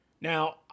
Now